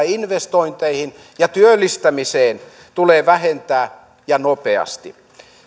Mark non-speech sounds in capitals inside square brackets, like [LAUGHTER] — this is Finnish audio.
[UNINTELLIGIBLE] investointeihin ja työllistämiseen tulee vähentää ja nopeasti